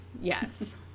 Yes